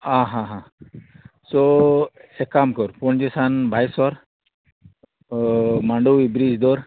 आं हा हा सो एक काम कर पणजे सान भायर सोर मांडवी ब्रिज दोर